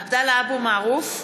(קוראת בשמות חברי הכנסת) עבדאללה אבו מערוף,